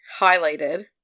highlighted